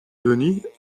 denis